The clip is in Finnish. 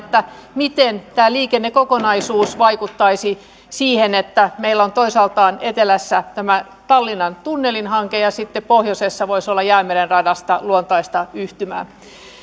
miten tämä liikennekokonaisuus vaikuttaisi siihen että meillä on toisaalta etelässä tämä tallinnan tunnelin hanke ja sitten pohjoisessa voisi olla jäämeren radasta luontaista yhtymää